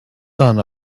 son